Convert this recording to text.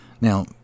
Now